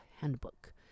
handbook